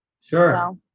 Sure